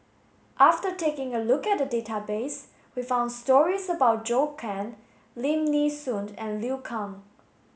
after taking a look at the database we found stories about Zhou Can Lim Nee Soon and Liu Kang